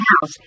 house